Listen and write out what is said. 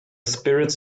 spirits